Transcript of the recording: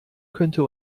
könnte